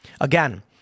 Again